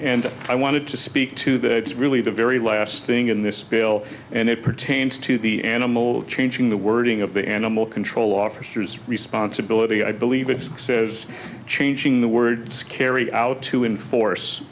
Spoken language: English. and i wanted to speak to that it's really the very last thing in this bill and it pertains to the animal changing the wording of the animal control officers responsibility i believe it says changing the words carry out to enforce